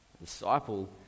Disciple